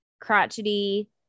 crotchety